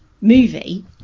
movie